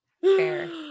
fair